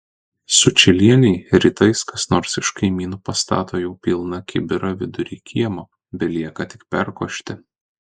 sučylienei rytais kas nors iš kaimynų pastato jau pilną kibirą vidury kiemo belieka tik perkošti